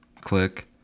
click